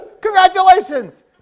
Congratulations